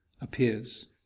appears